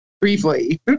briefly